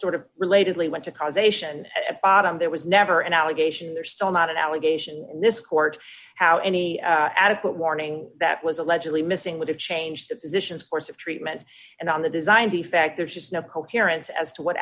sort of relatedly went to causation at bottom there was never an allegation there still not an allegation in this court how any adequate warning that was allegedly missing would have changed the position of course of treatment and on the design defect there's just no coherence as to what